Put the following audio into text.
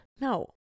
No